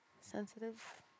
sensitive